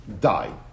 Die